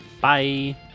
Bye